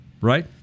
right